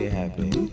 happy